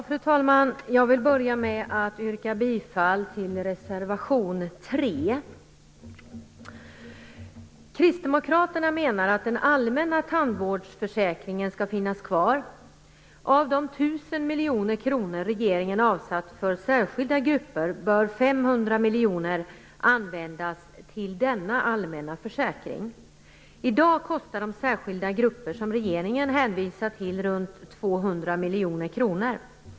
Fru talman! Jag vill till att börja med yrka bifall till reservation 3. miljoner kronor som regeringen avsatt för särskilda grupper bör 500 miljoner användas till denna allmänna försäkring. I dag kostar de särskilda grupper som regeringen hänvisar till runt 200 miljoner kronor.